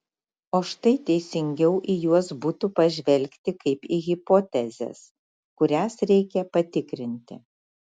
o štai teisingiau į juos būtų pažvelgti kaip į hipotezes kurias reikia patikrinti